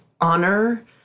honor